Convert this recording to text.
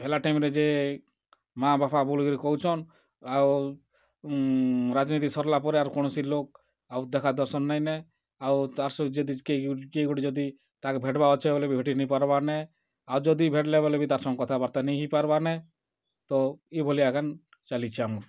ହେଲା ଟାଇମ୍ ରେ ଯେ ମାଆ ବାପା ବୋଲିକରି କହୁଛନ୍ ଆଉ ରାଜ୍ନୀତି ସର୍ଲା ପରେ ଆର୍ କୌଣସି ଲୋକ୍ ଆଉ ଦେଖା ଦର୍ଶନ୍ ନାଇଁନେ ଆଉ ତା'ର୍ ସହ ଯଦି କିଏ ଗୁଟେ ଯଦି ତା'କେ ଭେଟ୍ବାର୍ ଅଛେ ବେଲେ ବି ଭେଟି ନାଇଁ ପାରବାର୍ ନେ ଆର୍ ଯଦି ଭେଟ୍ଲେ ବେଲେ ବି ତା'ର୍ ସଙ୍ଗେ କଥାବାର୍ତ୍ତା ନାଇଁ ହେଇପାରବାର୍ ନେ ତ ଇ ଭଳିଆ ଏଖେନ୍ ଚାଲିଛେ ଆମର୍